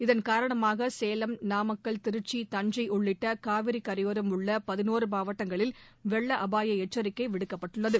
இதன் காரணமாக சேலம் நாமக்கல் திருச்சி தஞ்சை உள்ளிட்ட காவிரி கரையோரம் உள்ள பதினோரு மாவட்டங்களில் வெள்ள அபாய எச்சரிக்கை விடுக்கப்பட்டுள்ளது